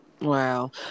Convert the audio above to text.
Wow